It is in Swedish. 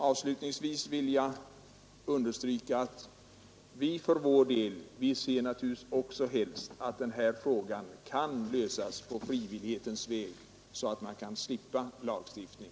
Avslutningsvis vill jag understryka att också vi moderater för vår del helst ser att den här frågan kan lösas på frivillighetens väg så att man kan slippa lagstiftning.